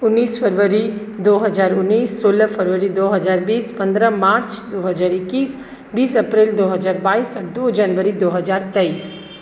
ऊन्नीस फरवरी दू हजार ऊन्नीस सोलह फरवरी दू हजार बीस पन्द्रह मार्च दू हजार ईक्कीस बीस अप्रैल दो हजार बाइस आ दू जनवरी दू हजार तैइस